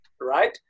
right